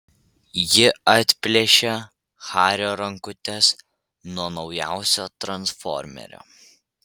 ji atplėšia hario rankutes nuo naujausio transformerio